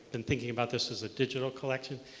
and thinking about this as a digital collection,